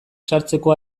sartzeko